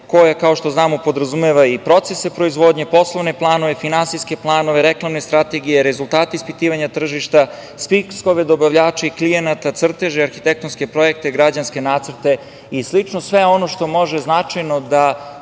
koja, kao što znamo, podrazumeva i procese proizvodnje, poslovne planove, finansijske planove, reklamne strategije, rezultate ispitivanja tržišta, spiskove dobavljača i klijenata, crteže, arhitektonske projekte, građevinske nacrte i slično. Sve ono što može značajno da